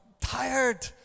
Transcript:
tired